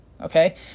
okay